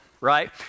right